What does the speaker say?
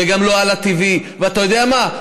וגם לא הלא TV. ואתה יודע מה?